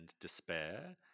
despair